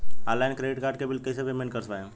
Online credit card के bill कइसे payment कर पाएम?